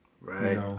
Right